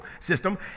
system